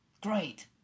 Great